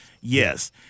Yes